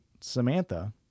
Samantha